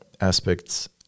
aspects